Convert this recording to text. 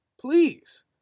please